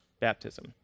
baptism